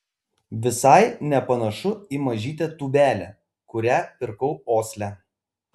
visai nepanašu į mažytę tūbelę kurią pirkau osle